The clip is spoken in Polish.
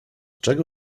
czego